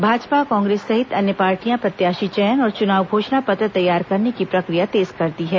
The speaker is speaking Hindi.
भाजपा कांग्रेस सहित अन्य पार्टियां प्रत्याशी चयन और चुनाव घोषणा पत्र तैयार करने की प्रक्रिया तेज कर दी है